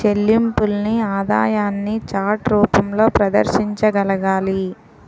చెల్లింపుల్ని ఆదాయాన్ని చార్ట్ రూపంలో ప్రదర్శించగలగాలి